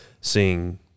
seeing